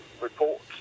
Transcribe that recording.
reports